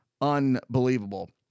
unbelievable